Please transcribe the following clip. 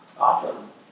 Awesome